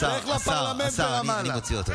לך מפה,